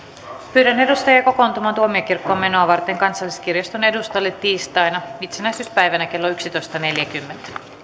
pyydän edustajia kokoontumaan tuomiokirkkoon menoa varten kansalliskirjaston edustalle tiistaina itsenäisyyspäivänä kello yksitoista neljäkymmentä